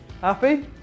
Happy